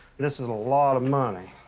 this is a lot of money.